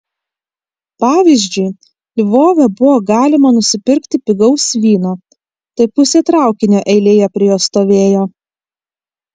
pavyzdžiui lvove buvo galima nusipirkti pigaus vyno tai pusė traukinio eilėje prie jo stovėjo